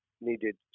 needed